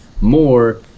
more